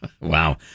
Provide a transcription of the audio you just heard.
Wow